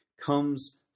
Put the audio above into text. comes